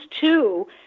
two